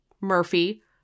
Murphy